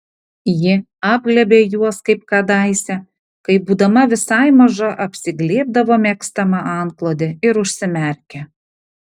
ji apglėbė juos kaip kadaise kai būdama visai maža apsiglėbdavo mėgstamą antklodę ir užsimerkė